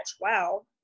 wow